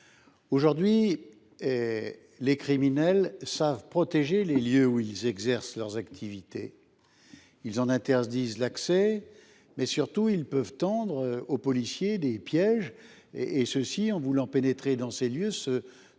Aujourd’hui, les criminels savent protéger les lieux où ils exercent leurs activités. Ils en interdisent l’accès. Surtout, ils peuvent tendre des pièges aux policiers, et ceux ci, en voulant pénétrer dans ces lieux, se trouvent